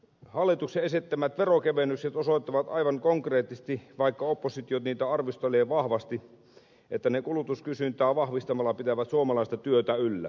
hallituksen esittämät veronkevennykset osoittavat aivan konkreettisesti sen vaikka oppositio niitä arvostelee vahvasti että ne kulutuskysyntää vahvistamalla pitävät suomalaista työtä yllä